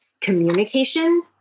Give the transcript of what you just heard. communication